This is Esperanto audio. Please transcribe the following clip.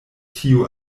tiu